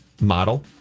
model